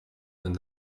d’un